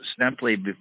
simply